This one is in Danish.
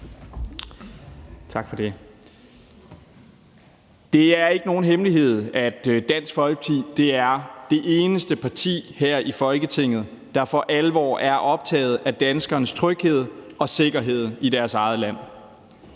Tak for det. Det er ikke nogen hemmelighed, at Dansk Folkeparti er det eneste parti her i Folketinget, der for alvor er optaget af danskernes tryghed og sikkerhed i deres eget land.